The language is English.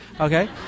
Okay